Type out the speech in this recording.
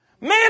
Man